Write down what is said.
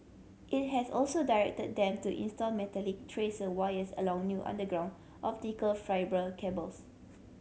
it has also directed them to install metallic tracer wires along new underground optical fibre cables